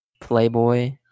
playboy